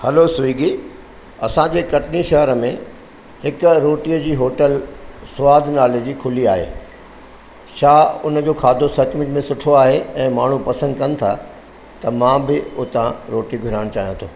hello Swiggy असांजे कटनी शहर में हिकु रोटीअ जी होटल सवाद नाले जी खुली आहे छा उन जो खाधो सचमुच में सुठो आहे ऐं माण्हू पसंद कनि था त मां बि उतां रोटी घुराइण चाहियां थो